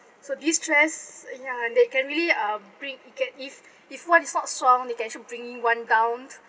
so these stress ya they can really uh bring it can if if one is not strong they can actually bringing one down